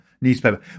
newspaper